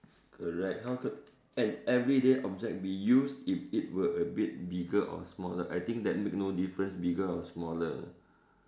correct how could an everyday object be used if it were a bit bigger or smaller I think that make no different bigger or smaller ah